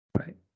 right